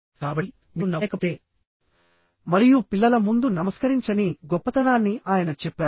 కాబట్టి మీరు నవ్వలేకపోతే మరియు పిల్లల ముందు నమస్కరించని గొప్పతనాన్ని ఆయన చెప్పారు